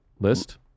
List